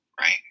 right